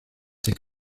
could